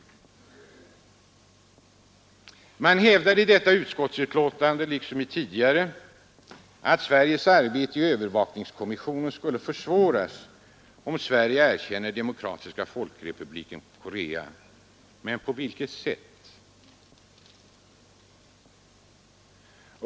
Man hävdar i detta utskottsbetänkande liksom i tidigare att Sveriges arbete i övervakningskommissionen skulle försvåras, om Sverige erkänner Demokratiska folkrepubliken Korea. Men på vilket sätt?